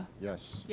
Yes